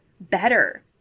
better